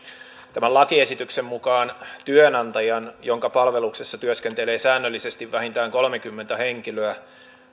tämän lakiesityksen mukaan työnantajan jonka palveluksessa työskentelee säännöllisesti vähintään kolmekymmentä henkilöä